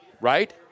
right